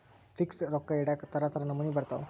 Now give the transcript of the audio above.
fix ರೊಕ್ಕ ಇಡಾಕ ತರ ತರ ನಮೂನಿ ಬರತವ